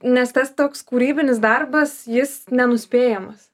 nes tas toks kūrybinis darbas jis nenuspėjamas